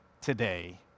today